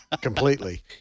completely